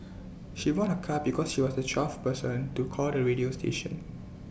she won A car because she was the twelfth person to call the radio station